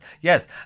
Yes